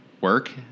work